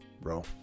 bro